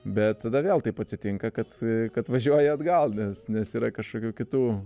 bet tada vėl taip atsitinka kad kad važiuoji atgal nes yra kažkokių kitų